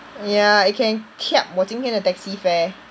ya it can kiap 我今天的 taxi fare